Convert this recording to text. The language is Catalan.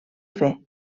fer